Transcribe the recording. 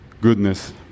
goodness